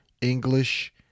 English